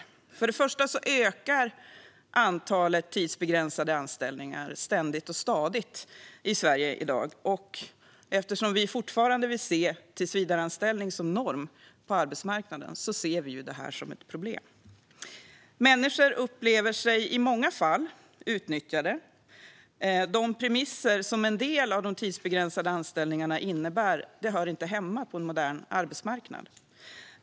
Till att börja med ökar antalet tidsbegränsade anställningar ständigt och stadigt i Sverige i dag. Eftersom vi fortfarande vill se tillsvidareanställning som norm på arbetsmarknaden ser vi detta som ett problem. Människor upplever sig i många fall utnyttjade, och de premisser som en del av de tidsbegränsade anställningarna innebär hör inte hemma på en modern arbetsmarknad.